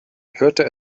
hörte